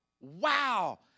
wow